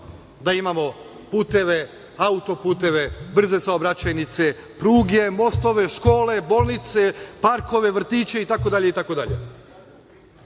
da imamo puteve, autoputeve, brze saobraćajnice, pruge, mostove, škole, bolnice, parkove, vrtiće, itd,